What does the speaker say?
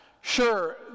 Sure